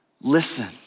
Listen